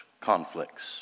conflicts